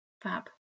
Fab